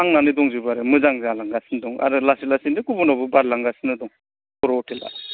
थांनानै दंजोबो आरो मोजां जालांगासिनो दं आरो लासै लासैनो गुबुनावबो बारलांगासिनो दं बर' हटेला